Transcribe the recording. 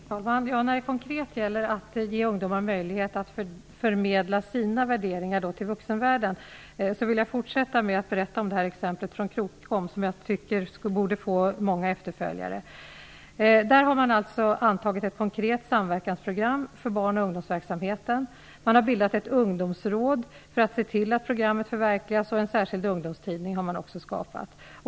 Herr talman! När det konkret gäller att ge ungdomar möjlighet att förmedla sina värderingar till vuxenvärlden vill jag fortsätta att berätta om exemplet från Krokom, som jag tycker borde få många efterföljare. I Krokom har man antagit ett konkret samverkansprogram för barn och ungdomsverksamheten. Man har bildat ett ungdomsråd för att se till att programmet förverkligas, och man har skapat en särskild ungdomstidning.